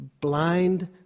blind